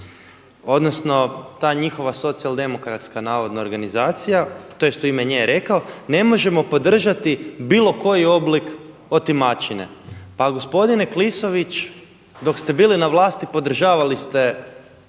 odnosno ta njihova socijaldemokratska navodna organizacija tj. u ime nje je rekao ne možemo podržati bilo koji oblik otimačine. Pa gospodine Klisović, dok ste bili na vlasti podržavali ste